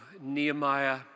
Nehemiah